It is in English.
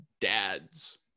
dads